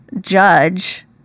judge